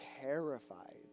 terrified